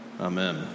amen